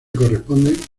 corresponden